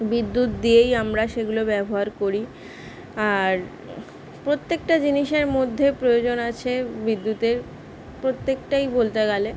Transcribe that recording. বিদ্যুৎ দিয়েই আমরা সেগুলো ব্যবহার করি আর প্রত্যেকটা জিনিসের মধ্যে প্রয়োজন আছে বিদ্যুতের প্রত্যেকটাই বলতে গেলে